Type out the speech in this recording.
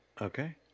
Okay